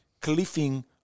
cliffing